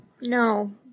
No